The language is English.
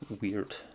weird